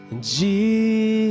Jesus